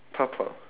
purple